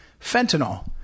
fentanyl